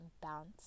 bounce